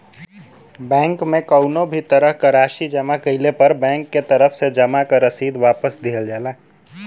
bank में कउनो भी तरह क राशि जमा कइले पर बैंक के तरफ से जमा क रसीद वापस दिहल जाला